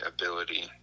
ability